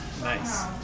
nice